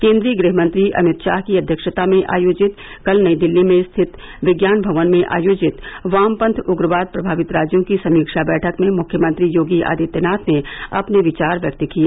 केन्द्रीय गृह मंत्री अमित शाह की अध्यक्षता में आयोजित कल नई दिल्ली स्थित विज्ञान भवन में आयोजित वामपंथ उग्रवाद प्रभावित राज्यों की समीक्षा बैठक में मुख्यमंत्री योगी आदित्यनाथ ने अपने विचार व्यक्त किए